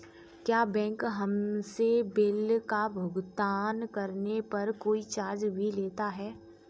क्या बैंक हमसे बिल का भुगतान करने पर कोई चार्ज भी लेता है?